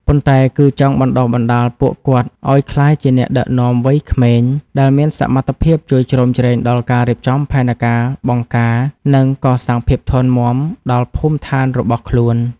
ប៉ុន្តែគឺចង់បណ្ដុះបណ្ដាលពួកគាត់ឱ្យក្លាយជាអ្នកដឹកនាំវ័យក្មេង ដែលមានសមត្ថភាពជួយជ្រោមជ្រែងដល់ការរៀបចំផែនការបង្ការ និងកសាងភាពធន់មាំដល់ភូមិឋានរបស់ខ្លួន។